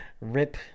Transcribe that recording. Rip